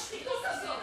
את.